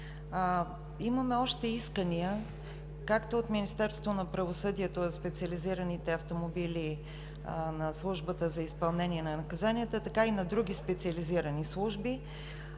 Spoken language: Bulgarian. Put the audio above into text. Имаме още искания както от Министерството на правосъдието –специализираните автомобили на Службата за изпълнение на наказанията, така и на други специализирани служби.